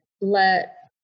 let